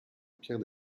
pierre